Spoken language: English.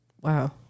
wow